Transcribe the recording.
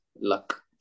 luck